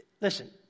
Listen